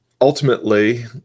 ultimately